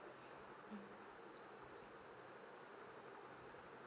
mm